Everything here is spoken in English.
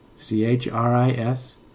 C-H-R-I-S